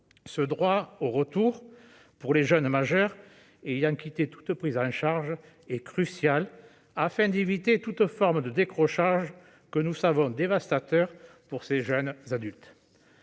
Ce droit au retour, pour les jeunes majeurs ayant quitté toute prise en charge, est crucial afin d'éviter toutes formes de décrochage, que nous savons dévastateur pour ces jeunes adultes.